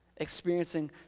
experiencing